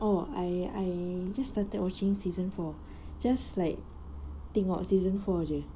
oh I I just started watching season four just like tengok season four saja